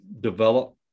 develop